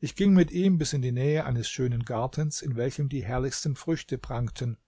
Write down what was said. ich ging mit ihm bis in die nähe eines schönen gartens in welchem die herrlichsten früchte prangten